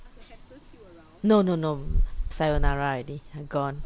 no no no sayonara already gone